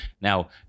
Now